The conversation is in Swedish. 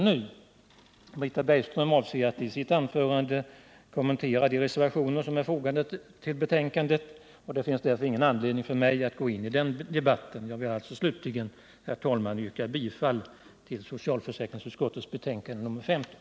Dessutom avser Britta Bergström att i sitt anförande ytterligare kommentera de reservationer som är fogade till betänkandet, och jag ber därför att till slut få yrka bifall till socialförsäkringsutskottets hemställan i betänkandet nr 15.